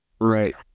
right